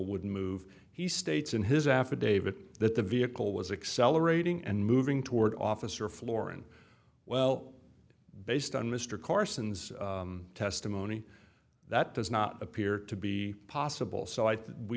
would move he states in his affidavit that the vehicle was accelerating and moving toward officer floor and well based on mr carson's testimony that does not appear to be possible so i